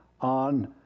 on